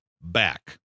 back